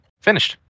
finished